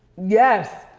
yes,